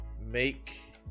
make